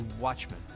watchmen